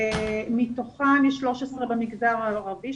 מתוכם יש 13 במגזר הערבי,